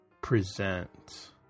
Present